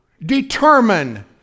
determine